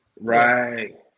Right